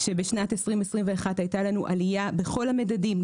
שבשנת 2021 הייתה לנו עלייה בכל המדדים,